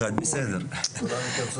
לכולם,